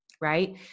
Right